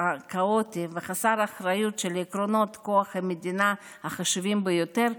הכאוטי וחסר האחריות של עקרונות כוח המדינה החשובים ביותר,